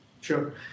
Sure